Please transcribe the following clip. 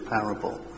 parable